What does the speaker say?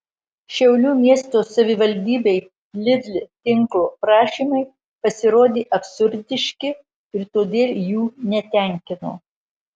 šiaulių miesto savivaldybei lidl tinklo prašymai pasirodė absurdiški ir todėl jų netenkino